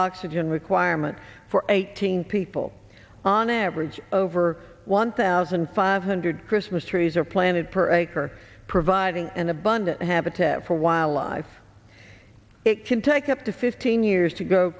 oxygen requirement for eighteen people on average over one thousand five hundred christmas trees are planted per acre providing an abundant habitat for wildlife it can take up to fifteen years to go